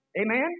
Amen